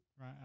Right